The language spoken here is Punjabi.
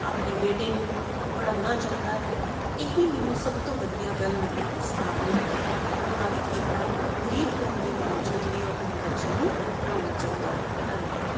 ਆਪਣੇ ਬੇਟੇ ਨੂੰ ਪੜ੍ਹਾਉਣਾ ਚਾਹੁੰਦਾ ਹੈ ਇਹੀ ਮੈਨੂੰ ਸਭ ਤੋਂ ਵਧੀਆ ਗੱਲ ਲੱਗੀ ਇਸ ਨਾਵਲ ਦੀ ਪ੍ਰਭਾਵਿਤ ਕੀਤਾ ਗਰੀਬ ਹੋਣ ਦੇ ਬਾਵਜੂਦ ਵੀ ਉਹ ਆਪਣੇ ਬੱਚਿਆਂ ਨੂੰ ਪੜ੍ਹਾਉਣਾ ਚਾਹੁੰਦਾ ਹੈ ਧੰਨਵਾਦ